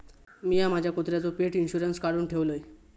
मिया माझ्या कुत्र्याचो पेट इंशुरन्स काढुन ठेवलय